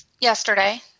yesterday